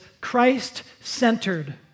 Christ-centered